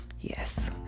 yes